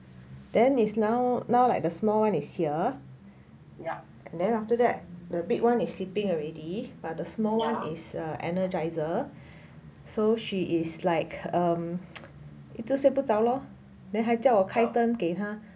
then is now now like the small one is here and then after that the big one is sleeping already by the small one is a energiser so she is like um it 就睡不着 lor then 还叫我开灯给他